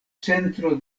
centro